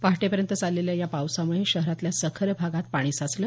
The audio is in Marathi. पहाटेपर्यंत चाललेल्या या पावसामुळे शहरातल्या सखल भागात पाणी साचलं